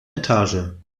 etage